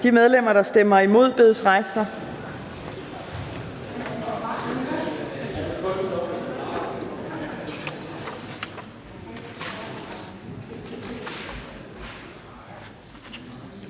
De medlemmer, der stemmer imod, bedes rejse